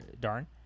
darn